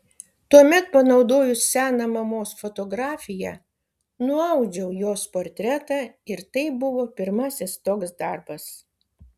tuomet panaudojus seną mamos fotografiją nuaudžiau jos portretą ir tai buvo pirmasis toks darbas